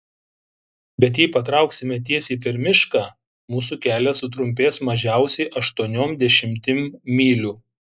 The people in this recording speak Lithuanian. bet jei patrauksime tiesiai per mišką mūsų kelias sutrumpės mažiausiai aštuoniom dešimtim mylių